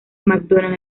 mcdonald